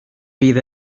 fydd